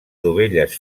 dovelles